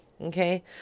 Okay